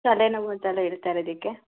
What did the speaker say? ತಲೆನೋವು ಥರ ಇರತ್ತಾ ಅದಕ್ಕೆ